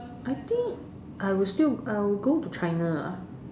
I think I will still I would go to China ah